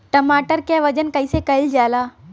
टमाटर क वजन कईसे कईल जाला?